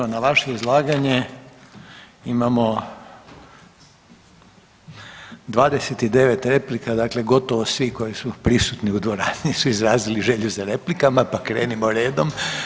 Evo na vaše izlaganje imamo 29 replika gotovo svi koji su prisutni u dvorani su izrazili želju za replikama pa krenimo redom.